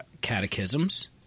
catechisms